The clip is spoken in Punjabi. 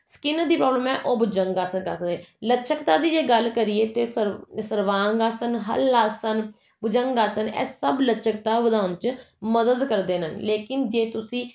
ਸਕਿੰਨ ਦੀ ਪ੍ਰੋਬਲਮ ਹੈ ਉਹ ਭੁਜੰਗ ਆਸਨ ਕਰ ਸਕਦੇ ਆ ਲਚਕਤਾ ਦੀ ਜੇ ਗੱਲ ਕਰੀਏ ਤਾਂ ਸਰ ਸਰਵਾਂਗ ਆਸਨ ਹਲ ਆਸਨ ਭੁਜੰਗ ਆਸਨ ਇਹ ਸਭ ਲਚਕਤਾ ਵਧਾਉਣ 'ਚ ਮਦਦ ਕਰਦੇ ਨੇ ਲੇਕਿਨ ਜੇ ਤੁਸੀਂ